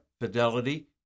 Fidelity